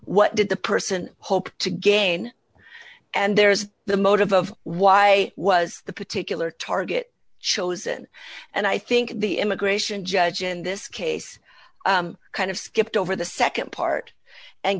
what did the person hope to gain and there's the motive of why was the particular target chosen and i think the immigration judge in this case kind of skipped over the